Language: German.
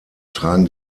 tragen